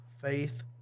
Faith